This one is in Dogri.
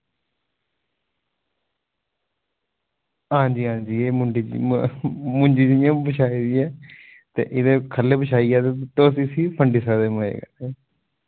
आं जी आं जी एह् मुंजी जि'यां बिछाई दी ऐ ते एह्दे ख'ल्ल बिछाइयै तुस इसगी फंडी सकदे मज़े कन्नै